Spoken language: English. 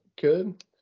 good